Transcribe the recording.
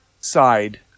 side